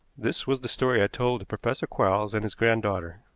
this was the story i told to professor quarles and his granddaughter.